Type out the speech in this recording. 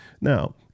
Now